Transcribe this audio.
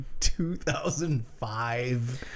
2005